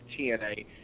TNA